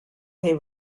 they